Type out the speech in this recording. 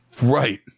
Right